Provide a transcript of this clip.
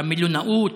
במלונאות,